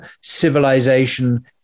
civilization